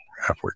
halfway